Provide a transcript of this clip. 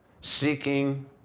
seeking